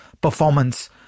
performance